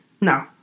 No